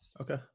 Okay